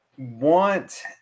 Want